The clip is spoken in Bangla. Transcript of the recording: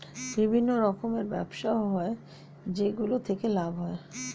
বিভিন্ন রকমের ব্যবসা হয় যেগুলো থেকে লাভ হয়